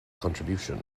contribution